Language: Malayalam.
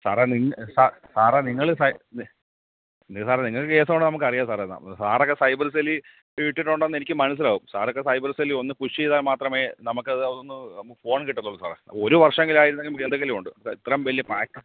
സാറെ നിങ് സാറെ നിങ്ങൾ എന്തര് സാറെ നിങ്ങൾക്ക് കേസ് വേണോ നമുക്കറിയാം സാറേ സാറൊക്കെ സൈബർ സെല്ലിൽ ഇട്ടിട്ടുണ്ടെന്നെനിക്ക് മനസ്സിലാകും സാറൊക്കെ സൈബർ സെല്ലിൽ ഒന്ന് പുഷ് ചെയ്താൽ മാത്രമേ നമുക്കത് അതൊന്ന് നമുക്ക് ഫോൺ കിട്ടത്തുള്ളൂ സാറേ ഒരു വർഷമെങ്കിലായിരുന്നത് നമുക്കതെങ്കിലുമുണ്ട് ഇത്രയും വലിയ പേക്ക്